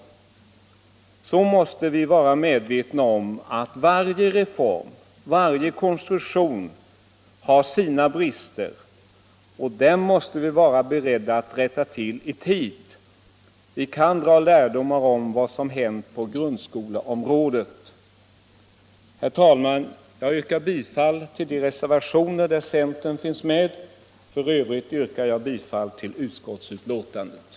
Men vi måste vara medvetna om att varje reform, varje konstruktion har sina brister, och dem måste vi vara beredda att rätta till i tid. Vi kan dra lärdom av vad som har hänt på grundskolans område. Herr talman! Jag yrkar bifall till de reservationer där centerns representanter finns med och i övrigt till vad utskottet hemställt.